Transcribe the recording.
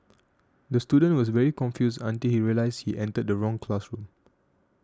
the student was very confused until he realised he entered the wrong classroom